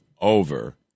over